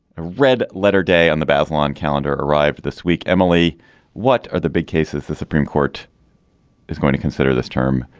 a red letter day on the bath lawn calendar arrive this week. emily what are the big cases the supreme court is going to consider this term.